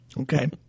Okay